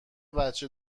بچه